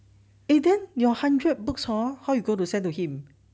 eh then your hundred books hor how you gonna to send to him